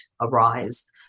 arise